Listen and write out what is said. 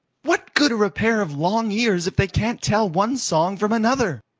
what good are a pair of long ears if they can't tell one song from another?